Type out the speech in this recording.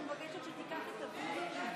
אני מבקשת שתיקח את הווידיאו,